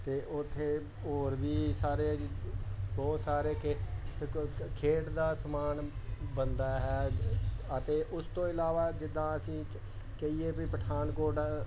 ਅਤੇ ਉੱਥੇ ਹੋਰ ਵੀ ਸਾਰੇ ਬਹੁਤ ਸਾਰੇ ਕਿ ਖੇਡ ਦਾ ਸਮਾਨ ਬਣਦਾ ਹੈ ਅਤੇ ਉਸ ਤੋਂ ਇਲਾਵਾ ਜਿੱਦਾਂ ਅਸੀਂ ਕਹੀਏ ਵੀ ਪਠਾਨਕੋਟ